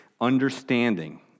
understanding